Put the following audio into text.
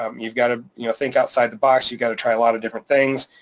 um you've gotta think outside the box, you gotta try a lot of different things,